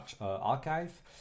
archive